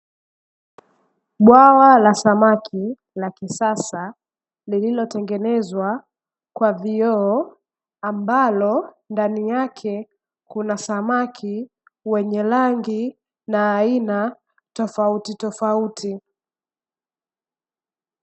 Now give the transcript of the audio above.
Bwawa la samaki la kisasa lililotengenezwa kwa vioo, ambalo ndani yake kuna samaki wenye rangi na aina tofautitofauti.